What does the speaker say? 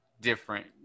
different